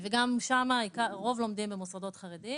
גם שם רוב לומדים במוסדות חרדיים